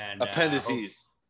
Appendices